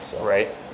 Right